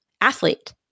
athlete